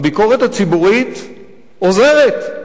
הביקורת הציבורית עוזרת,